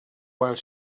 while